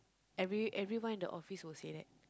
every everyone in the office will say that